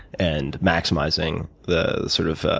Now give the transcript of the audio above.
and maximizing the sort of